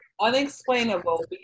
unexplainable